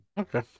okay